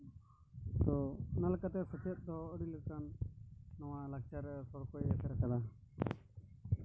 ᱛᱚ ᱚᱱᱟ ᱞᱮᱠᱟᱛᱮ ᱥᱮᱪᱮᱫ ᱫᱚ ᱟᱹᱰᱤ ᱞᱮᱠᱟᱱ ᱱᱚᱣᱟ ᱞᱟᱪᱟᱨᱮ ᱥᱚᱲᱠᱚᱭ ᱮᱥᱮᱨ ᱠᱟᱫᱟ